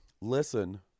listen